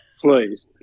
please